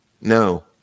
No